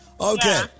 Okay